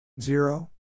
Zero